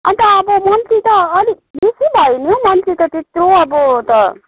अन्त अब मन्थली त अलिक बेसी भयो नि हौ मन्थली त त्यत्रो अब त